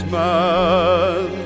man